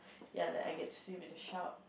ya like I get to swim with the shark